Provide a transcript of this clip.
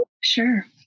Sure